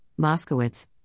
Moskowitz